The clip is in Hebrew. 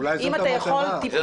אולי זאת המטרה.